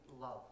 love